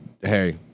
hey